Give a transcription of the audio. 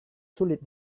sulit